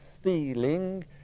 stealing